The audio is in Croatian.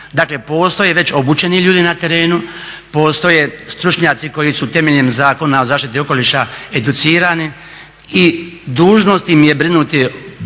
Dakle, postoje već obučeni ljudi na terenu, postoje stručnjaci koji su temeljem Zakona o zaštiti okoliša educirani i dužnost im je brinuti